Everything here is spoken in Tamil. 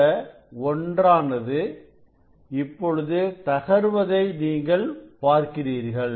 இந்த ஒன்றானது இப்பொழுது தகர்வதை நீங்கள் பார்க்கிறீர்கள்